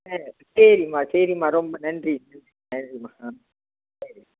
ஆ சரிம்மா சரிம்மா ரொம்ப நன்றி சரிம்மா ஆ சரி